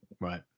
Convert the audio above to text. Right